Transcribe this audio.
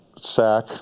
Sack